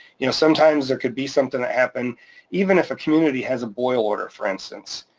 you know sometimes there could be something that happened even if a community has a boil order for instance.